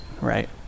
right